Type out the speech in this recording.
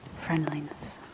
friendliness